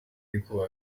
ariko